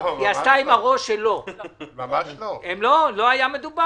מה, נעצור עכשיו את המדינה?